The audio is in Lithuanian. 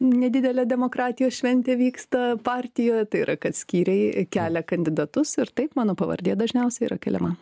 nedidelė demokratijos šventė vyksta partijoje tai yra kad skyriai kelia kandidatus ir taip mano pavardė dažniausiai yra keliama